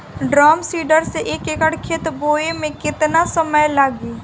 Drum seeder से एक एकड़ खेत बोयले मै कितना समय लागी?